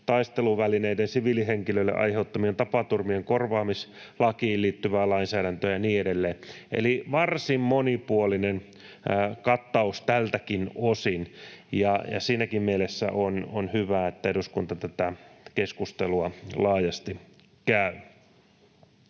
taisteluvälineiden siviilihenkilöille aiheuttamien tapaturmien korvaamislakiin liittyvää lainsäädäntöä ja niin edelleen. Eli varsin monipuolinen kattaus tältäkin osin, ja siinäkin mielessä on hyvä, että eduskunta tätä keskustelua laajasti käy.